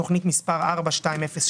תוכנית מספר 42-02-01: